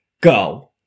Go